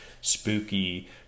spooky